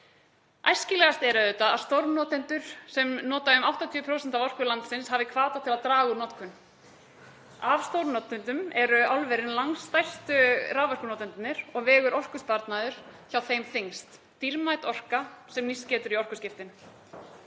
Æskilegast er auðvitað að stórnotendur sem nota um 80% af orku landsins hafi hvata til að draga úr notkun. Af stórnotendum eru álverin langstærstu raforkunotendurnir og vegur orkusparnaður hjá þeim þyngst — dýrmæt orka sem nýst getur í orkuskiptin.